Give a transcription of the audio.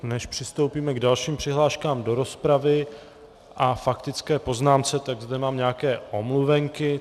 Než přistoupíme k dalším přihláškám do rozpravy a faktické poznámce, tak zde mám nějaké omluvenky.